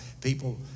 people